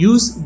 Use